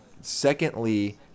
Secondly